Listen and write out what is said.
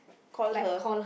call her